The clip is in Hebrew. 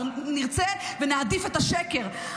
אנחנו נרצה ונעדיף את השקר.